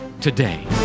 today